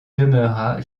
demeura